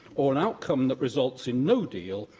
or an outcome that results in no deal,